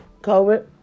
COVID